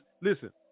listen